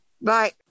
Bye